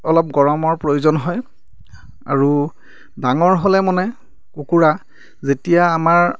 অলপ গৰমৰ প্ৰয়োজন হয় আৰু ডাঙৰ হ'লে মানে কুকুৰা যেতিয়া আমাৰ